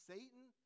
Satan